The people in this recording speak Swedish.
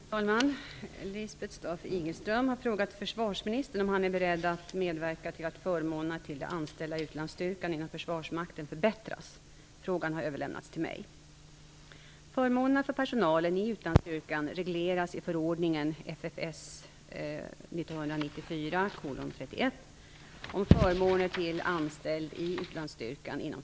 Fru talman! Lisbeth Staaf-Igelström har frågat försvarsministern om han är beredd att medverka till att förmånerna till de anställda i utlandsstyrkan inom Försvarsmakten förbättras. Frågan har överlämnats till mig.